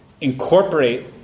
incorporate